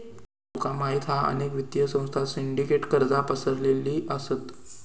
तुका माहित हा अनेक वित्तीय संस्थांत सिंडीकेटेड कर्जा पसरलेली असत